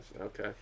Okay